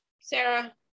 Sarah